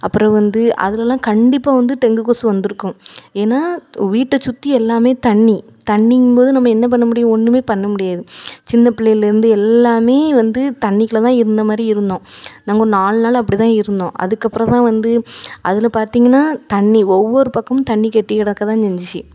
அப்புறம் வந்து அதிலலாம் கண்டிப்பாக வந்து டெங்கு கொசு வந்திருக்கும் ஏன்னா வீட்டை சுற்றி எல்லாமே தண்ணி தண்ணிங்கும் போது நம்ம என்ன பண்ண முடியும் ஒன்றுமே பண்ண முடியாது சின்னப்பிள்ளையிலேருந்து எல்லாமே வந்து தண்ணிக்குள்ள தான் இருந்தமாதிரி இருந்தோம் நாங்கள் ஒரு நாலு நாள் அப்படி தான் இருந்தோம் அதுக்கப்புறம் தான் வந்து அதில் பார்த்தீங்கன்னா தண்ணி ஒவ்வொரு பக்கமும் தண்ணி கொட்டி கெடக்க தான் செஞ்சுச்சி